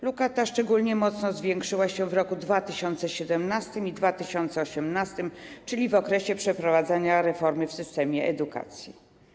Luka ta szczególnie mocno zwiększyła się w latach 2017 i 2018, czyli w okresie przeprowadzania reformy w systemie edukacji.